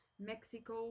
Mexico